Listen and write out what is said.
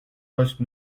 poste